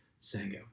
Sango